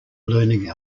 learning